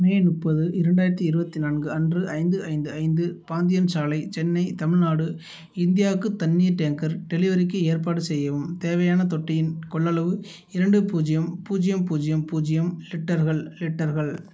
மே முப்பது இரண்டாயிரத்தி இருபத்தி நான்கு அன்று ஐந்து ஐந்து ஐந்து பாந்தியன் சாலை சென்னை தமிழ்நாடு இந்தியாவுக்கு தண்ணீர் டேங்கர் டெலிவரிக்கு ஏற்பாடு செய்யவும் தேவையான தொட்டியின் கொள்ளளவு இரண்டு பூஜ்ஜியம் பூஜ்ஜியம் பூஜ்ஜியம் பூஜ்ஜியம் லிட்டர்கள் லிட்டர்கள்